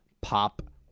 pop